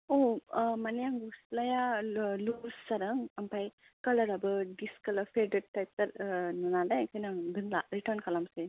औ अ माने आंनो गस्लाया लुज जादों ओमफ्राय कालाराबो डिसकालार फेदेद टाइप ओ नालाय ओंखायनो आं दोनला रिटार्न खालामसै